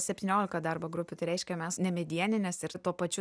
septyniolika darbo grupių tai reiškia mes nemedieninės ir tuo pačiu